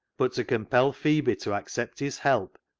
but to compel phebe to accept his help,